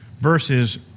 verses